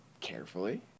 Carefully